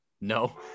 No